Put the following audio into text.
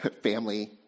family